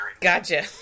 Gotcha